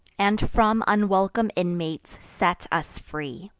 and from unwelcome inmates set us free.